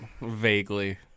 Vaguely